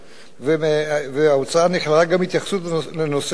והאוצר נכללה גם התייחסות לנושא זה,